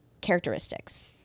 characteristics